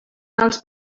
els